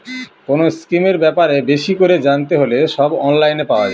কোনো স্কিমের ব্যাপারে বেশি করে জানতে হলে সব অনলাইনে পাওয়া যাবে